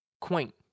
quaint